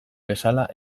bezala